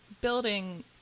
building